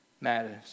matters